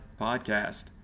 podcast